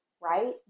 right